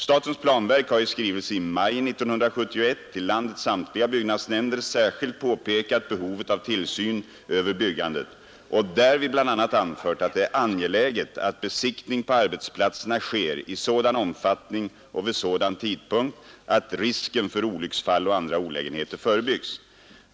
Statens planverk har i skrivelse i maj 1971 till landets samtliga byggnadsnämnder särskilt påpekat behovet av tillsyn över byggandet och därvid bl.a. anfört att det är angeläget att besiktning på arbetsplatserna sker i sådan omfattning och vid sådan tidpunkt att risken för olycksfall och andra olägenheter förebyggs.